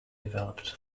developed